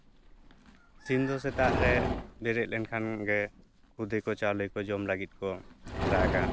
ᱥᱤᱢ ᱫᱚ ᱥᱮᱛᱟᱜ ᱨᱮ ᱵᱮᱨᱮᱫ ᱞᱮᱠᱷᱟᱱᱜᱮ ᱠᱷᱚᱫᱮ ᱠᱚ ᱪᱟᱣᱞᱮ ᱠᱚ ᱡᱚᱢ ᱞᱟᱹᱜᱤᱫ ᱠᱚ ᱨᱟᱜᱟ